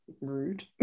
Rude